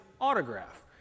autograph